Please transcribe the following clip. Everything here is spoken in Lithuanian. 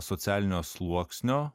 socialinio sluoksnio